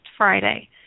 Friday